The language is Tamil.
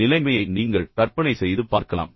இப்போது நிலைமையை நீங்கள் கற்பனை செய்து பார்க்கலாம்